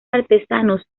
artesanos